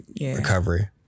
recovery